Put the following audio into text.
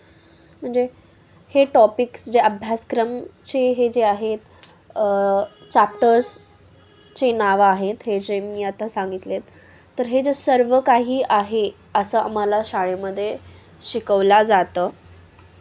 म्हणजे हे टॉपिक्स जे अभ्यासक्रमचे हे जे आहेत चॅप्टर्सचे नावं आहेत हे जे मी आता सांगितले आहेत तर हे जे सर्व काही आहे असं आम्हाला शाळेमध्ये शिकवला जातं